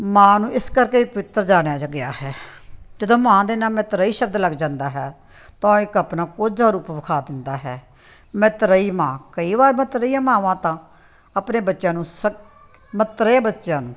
ਮਾਂ ਨੂੰ ਇਸ ਕਰਕੇ ਪਵਿੱਤਰ ਜਾਣਿਆ ਜ ਗਿਆ ਹੈ ਜਦੋਂ ਮਾਂ ਦੇ ਨਾਲ ਮਤਰੇਈ ਸ਼ਬਦ ਲੱਗ ਜਾਂਦਾ ਹੈ ਤਾਂ ਉਹ ਇੱਕ ਆਪਣਾ ਕੋਝਾ ਰੂਪ ਵਿਖਾ ਦਿੰਦਾ ਹੈ ਮਤਰੇਈ ਮਾਂ ਕਈ ਵਾਰ ਮਤਰੇਈਆਂ ਮਾਵਾਂ ਤਾਂ ਆਪਣੇ ਬੱਚਿਆਂ ਨੂੰ ਸਤ ਮਤਰਏ ਬੱਚਿਆਂ ਨੂੰ